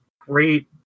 great